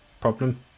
problem